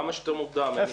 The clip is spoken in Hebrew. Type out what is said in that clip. כמה שיותר מוקדם.